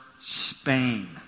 Spain